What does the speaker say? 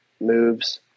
moves